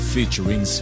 Featuring